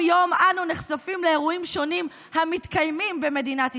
"מדי יום אנו נחשפים לאירועים שונים המתקיימים במדינת ישראל,